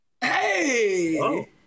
Hey